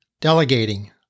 Delegating